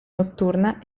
notturna